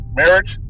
marriage